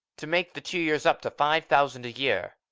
to make the two years up to five thousand a year.